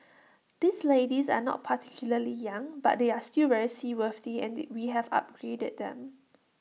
these ladies are not particularly young but they are still very seaworthy and we have upgraded them